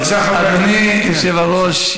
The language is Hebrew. אדוני היושב-ראש,